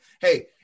Hey